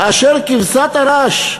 כאשר כבשת הרש,